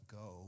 go